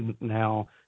now